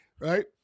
right